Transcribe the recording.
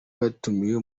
batumiwe